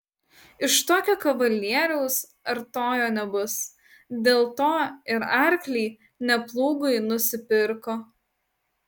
iš tokio kavalieriaus artojo nebus dėl to ir arklį ne plūgui nusipirko